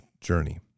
journey